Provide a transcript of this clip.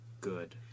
Good